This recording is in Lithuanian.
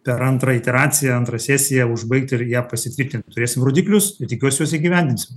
per antrą iteraciją antrą sesiją užbaigt ir ją pasitvirtint turėsim rodiklius ir tikiuosi juos įgyvendinsim